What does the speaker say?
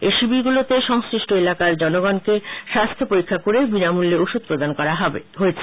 এই শিবিরগুলিতে সংশ্লিষ্ট এলাকার জনগণকে স্বাস্থ্য পরীক্ষা করে বিনামূল্যে ওষুধ প্রদান করা হবে